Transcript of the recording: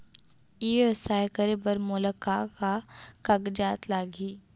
ई व्यवसाय करे बर मोला का का कागजात लागही?